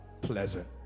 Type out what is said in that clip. pleasant